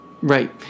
Right